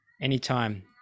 anytime